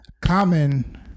Common